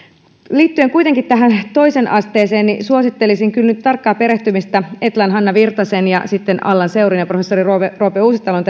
liittyen kuitenkin tähän toiseen asteeseen suosittelisin kyllä nyt tarkkaa perehtymistä etlan hanna virtasen ja sitten allan seurin ja professori roope uusitalon